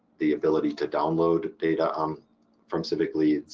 the ability to download data um from civicleads